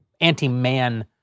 Anti-man